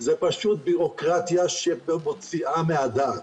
זה פשוט ביורוקרטיה שמוציאה מהדעת.